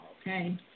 okay